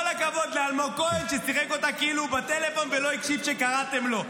כל הכבוד לאלמוג כהן ששיחק אותה כאילו הוא בטלפון ולא הקשיב כשקראתם לו.